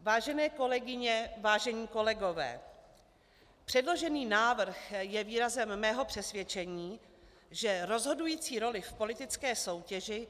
Vážené kolegyně, vážení kolegové, předložený návrh je výrazem mého přesvědčení, že rozhodující roli v politické soutěži